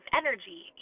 energy